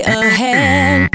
ahead